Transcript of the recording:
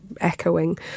echoing